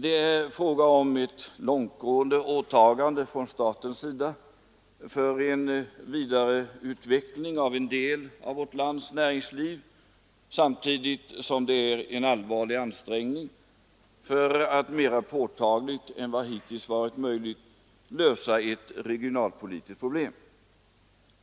Det är fråga om ett långtgående åtagande från statens sida för en vidareutveckling av en del av vårt lands näringsliv, samtidigt som det är en allvarlig ansträngning för att mera påtagligt än vad som hittills varit möjligt lösa ett regionalpolitiskt problem,